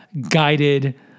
guided